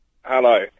Hello